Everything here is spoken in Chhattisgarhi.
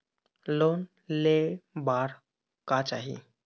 लोन ले बार का चाही?